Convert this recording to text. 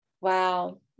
Wow